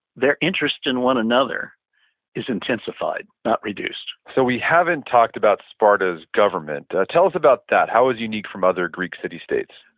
their interest in one another is intensified, not reduced so we haven't talked about sparta as government. tell us about that, how is it unique from other greek city states?